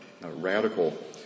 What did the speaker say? Radical